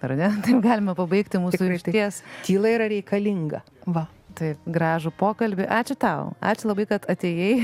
ar ne taip galima pabaigti mūsų išties tyla yra reikalinga va taip gražų pokalbį ačiū tau ačiū labai kad atėjai